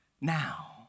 now